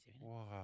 wow